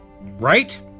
Right